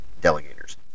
delegators